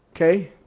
Okay